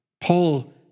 Paul